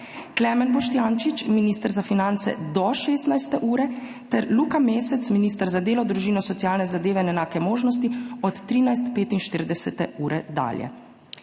Klemen Boštjančič, minister za finance, do 16. ure ter Luka Mesec, minister za delo, družino, socialne zadeve in enake možnosti, od 13.45 ure dalje.